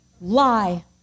lie